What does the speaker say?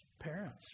parents